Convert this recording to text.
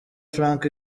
frank